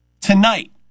Tonight